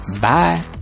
Bye